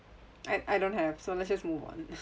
I I don't have so let's just move on